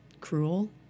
cruel